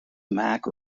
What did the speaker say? mac